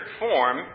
form